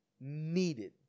needed